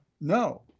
No